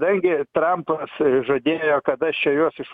kadangi trampas žadėjo kad aš čia juos iš